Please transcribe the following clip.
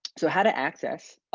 so how to access.